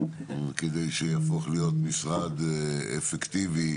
כדי שיהפוך להיות משרד אפקטיבי,